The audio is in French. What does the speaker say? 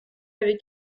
avait